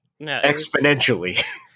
Exponentially